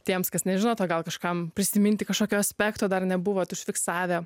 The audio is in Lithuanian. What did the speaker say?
tiems kas nežinot o gal kažkam prisiminti kažkokio aspekto dar nebuvot užfiksavę